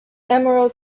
emerald